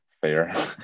fair